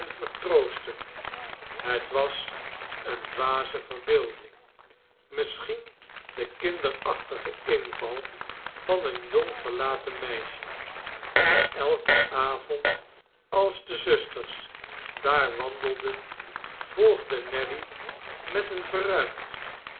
vertroostten het was eene dwaze verbeelding misschien de kinderachtige inval van een jong verlaten meisje maar elken avond als de zusters daar wandelden volgde nelly met een verruimd